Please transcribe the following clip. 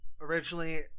originally